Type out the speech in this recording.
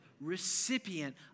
recipient